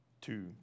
two